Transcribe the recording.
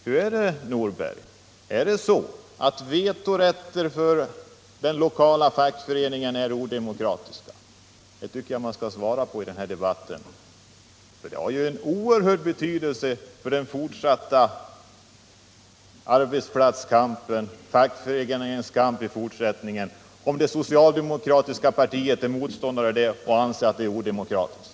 Hur är det, Nordberg: Är vetorätt för den lokala fackföreningen odemokratiskt? Det har ju en oerhörd betydelse för fackföreningarnas fortsatta arbetsplatskamp, om det socialdemokratiska partiet är motståndare till en sådan vetorätt och anser den vara odemokratisk.